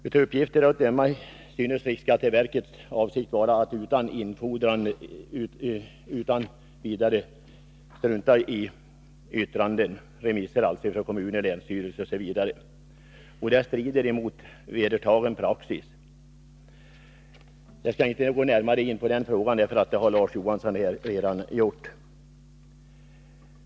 Av uppgifter att döma synes riksskatteverkets avsikt vara att strunta i att infordra remissyttranden från kommuner och länsstyrelser. Jag skall inte närmare gå in på den frågan, för det har ju Larz Johansson redan gjort.